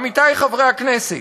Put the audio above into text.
עמיתי חברי הכנסת,